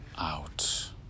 out